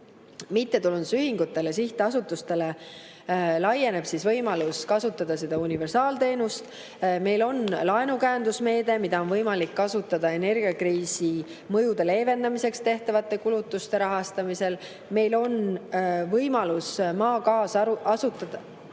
mittetulundusühingutele ja sihtasutustele laieneb võimalus kasutada universaalteenust. Meil on laenukäendusmeede, mida on võimalik kasutada energiakriisi mõjude leevendamiseks tehtavate kulutuste rahastamisel. Meil on võimalus maagaas asendada